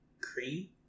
cream